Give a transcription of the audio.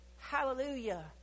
Hallelujah